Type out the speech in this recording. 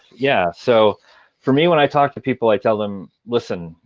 yeah. so for me, when i talk to people, i tell them, listen,